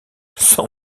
s’en